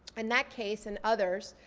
and that case and others